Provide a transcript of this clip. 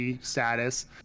status